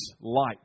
light